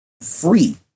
free